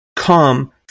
come